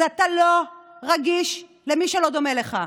אתה לא רגיש למי שלא דומה לך.